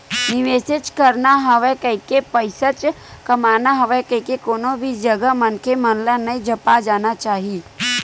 निवेसेच करना हवय कहिके, पइसाच कमाना हवय कहिके कोनो भी जघा मनखे मन ल नइ झपा जाना चाही